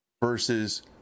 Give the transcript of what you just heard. versus